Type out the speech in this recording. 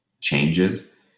changes